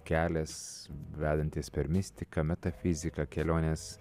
kelias vedantis per mistiką metafiziką kelionės